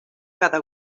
cada